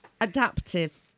Adaptive